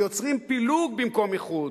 ויוצרים פילוג במקום איחוד.